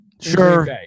Sure